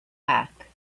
back